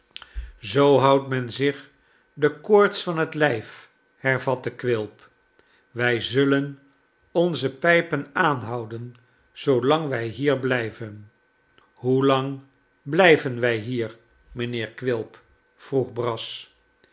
zoo houdt men zich de koorts van het lijf hervatte quilp wij zullen onze pijpen aanhouden zoolang wij hier blijven hoelang blijven wij hier mijnheer quilp vroeg brass